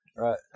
Right